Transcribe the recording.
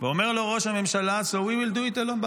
ואומר לו ראש הממשלה: So we will do it alone,